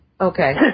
Okay